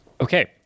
okay